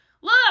look